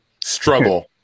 Struggle